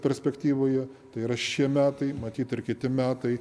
perspektyvoje tai yra šie metai matyt ir kiti metai